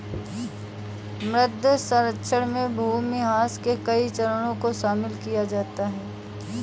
मृदा क्षरण में भूमिह्रास के कई चरणों को शामिल किया जाता है